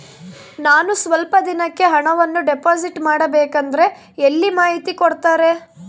ನಾನು ಸ್ವಲ್ಪ ದಿನಕ್ಕೆ ಹಣವನ್ನು ಡಿಪಾಸಿಟ್ ಮಾಡಬೇಕಂದ್ರೆ ಎಲ್ಲಿ ಮಾಹಿತಿ ಕೊಡ್ತಾರೆ?